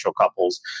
couples